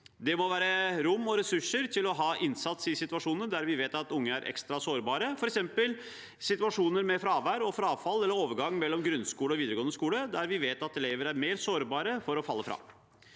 skolen være rom og ressurser til å ha innsats i situasjoner der vi vet at unge er ekstra sårbare, f.eks. i situasjoner med fravær og frafall, eller i overgangen mellom grunnskole og videregående skole, der vi vet at elever er mer sårbare for å falle fra.